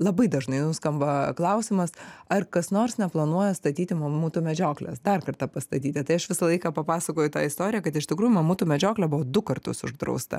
labai dažnai nuskamba klausimas ar kas nors neplanuoja statyti mamutų medžioklės dar kartą pastatyti tai aš visą laiką papasakoju tą istoriją kad iš tikrųjų mamutų medžioklė buvo du kartus uždrausta